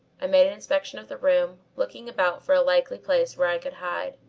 i made an inspection of the room, looking about for a likely place where i could hide.